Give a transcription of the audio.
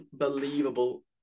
unbelievable